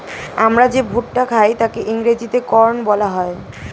আমরা যে ভুট্টা খাই তাকে ইংরেজিতে কর্ন বলা হয়